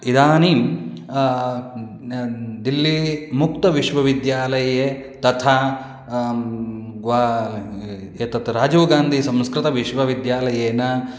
इदानीं दिल्लीमुक्तविश्वविद्यालये तथा एतत् राजीव् गान्धीसंस्कृतविश्वविद्यालयेन